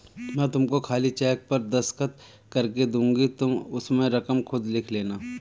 मैं तुमको खाली चेक पर दस्तखत करके दूँगी तुम उसमें रकम खुद लिख लेना